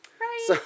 right